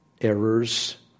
errors